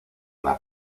una